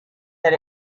that